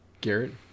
Garrett